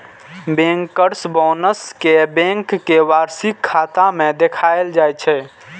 bankers bonus कें bank के वार्षिक खाता मे देखाएल जाइ छै